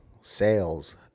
sales